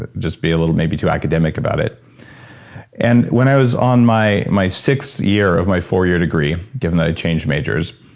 just be a little maybe too academic about it and when i was on my my sixth year of my four year degree, given that i'd changed majors,